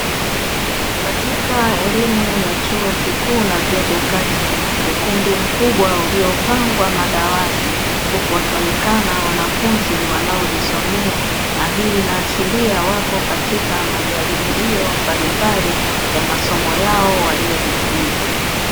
Katika elimu ya chuo kikuu na vyuo vya kati ukumbi mkubwa uliopangwa madawati, huku wakionekana wanafunzi wanaojisomea na hii inaashiria wapo katika majaribio ya masomo yao waliyojifunza.